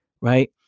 right